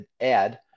add